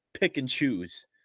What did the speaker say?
pick-and-choose